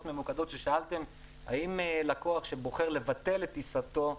ממוקדות ששאלתם: האם לקוח שבוחר לבטל את טיסתו,